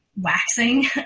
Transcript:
waxing